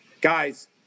Guys